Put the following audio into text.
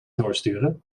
doorsturen